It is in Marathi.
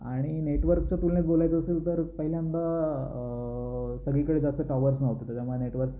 आणि नेटवर्कचं तुलनेत बोलायचं असेल तर पहिल्यांदा सगळीकडे जास्त टॉवर्स नव्हते त्याच्यामुळे नेटवर्क